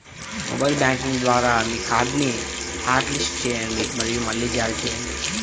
mobile banking ద్వారా మీ కార్డ్ని హాట్లిస్ట్ చేయండి మరియు మళ్లీ జారీ చేయండి